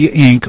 Inc